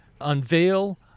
unveil